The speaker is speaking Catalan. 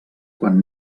quan